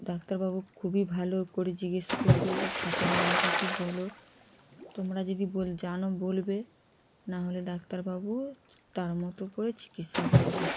ডাক্তারবাবু খুবই ভালো করে জিজ্ঞেস করবে যে সাপের নামটা কী বলো তোমরা যদি বলো জানো বলবে নাহলে ডাক্তারবাবু তার মতো করে চিকিৎসা করবে